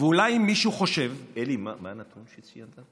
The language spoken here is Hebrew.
ואולי אם מישהו חושב, אלי, מה הנתון שציינת?